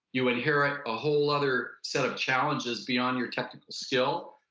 you inherit a whole other set of challenges beyond your technical skill.